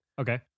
Okay